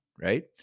right